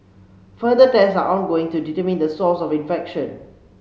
further tests are ongoing to determine the source of infection